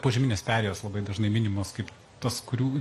požeminės perėjos labai dažnai minimos kaip tas kurių